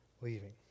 leaving